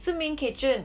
是 main kitchen